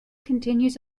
continues